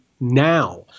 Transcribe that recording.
now